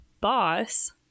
boss